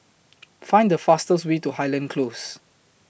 Find The fastest Way to Highland Close